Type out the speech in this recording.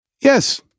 Yes